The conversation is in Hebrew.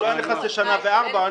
הוא לא היה נכנס לשנה וארבעה חודשים,